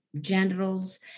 genitals